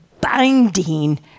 binding